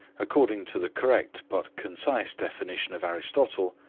according to the correct but concise definition of aristotle,